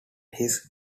his